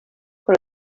con